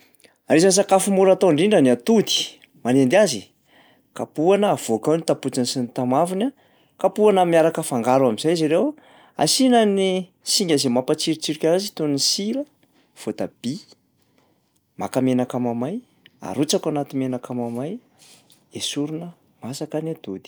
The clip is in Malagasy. Anisan'ny sakafo mora atao indrindra ny atody. Manendy azy? Kapohana avoaka ao ny tapotsiny sy ny tamavony a, kapohana miaraka afangaro am'zay izy ireo, asiana ny singa zay mampatsirotsiroka anazy izy toy ny sira, voatabia. Maka menaka mamay, arotsaka ao anaty menaka mamay, esorina, masaka ny atody.